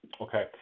Okay